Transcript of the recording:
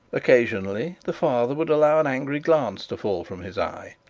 occasionally the father would allow an angry glance to fall from his eye,